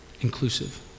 inclusive